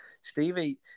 Stevie